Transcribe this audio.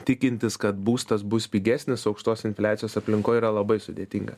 tikintis kad būstas bus pigesnis aukštos infliacijos aplinkoj yra labai sudėtinga